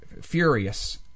furious